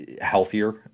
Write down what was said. healthier